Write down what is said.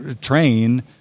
train